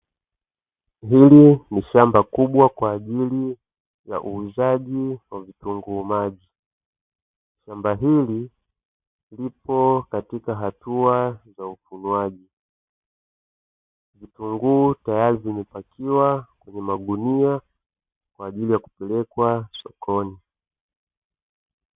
Hili ni shamba kubwa kwa ajili ya uuzaji wa vitunguu maji, shamba hili lipo katika hatua za uvunwaji, vitunguu tayari vimepakiwa kwenye magunia kwa ajili ya kupelekwa sokoni.